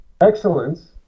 Excellence